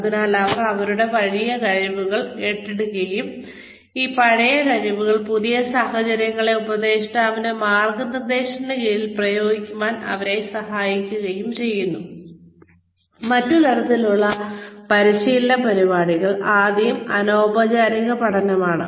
അതിനാൽ അവർ അവരുടെ പഴയ കഴിവുകൾ എടുക്കുകയും ഈ പഴയ കഴിവുകൾ പുതിയ സാഹചര്യങ്ങളിൽ ഉപദേഷ്ടാവിന്റെ മാർഗ്ഗനിർദ്ദേശത്തിന് കീഴിൽ പ്രയോഗിക്കാൻ അവരെ സഹായിക്കുകയും ചെയ്യുന്നു മറ്റ് തരത്തിലുള്ള പരിശീലന പരിപാടികൾ ആദ്യം അനൌപചാരിക പഠനമാണ്